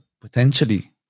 potentially